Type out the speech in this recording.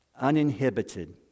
uninhibited